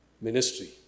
ministry